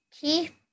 keep